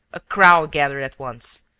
a crowd gathered at once.